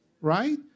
right